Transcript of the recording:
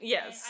Yes